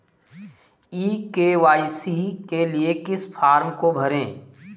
ई KYC के लिए किस फ्रॉम को भरें?